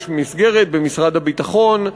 יש מסגרת במשרד הביטחון,